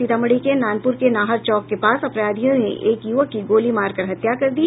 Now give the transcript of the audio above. सीतामढ़ी के नानपुर के नाहर चौक के पास अपराधियों ने एक युवक की गोली मारकर हत्या कर दी